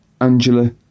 Angela